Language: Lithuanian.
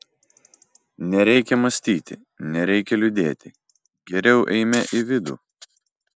nereikia mąstyti nereikia liūdėti geriau eime į vidų